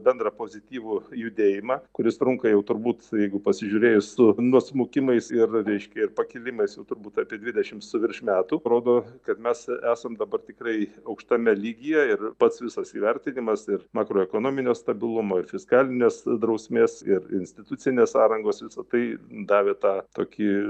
bendrą pozityvų judėjimą kuris trunka jau turbūt jeigu pasižiūrėjus tų nusmukimais ir reiškia ir pakilimais jau turbūt apie dvidešimt su virš metų rodo kad mes esam dabar tikrai aukštame lygyje ir pats visas įvertinimas ir makroekonominio stabilumo ir fiskalinės drausmės ir institucinės sąrangos visa tai davė tą tokį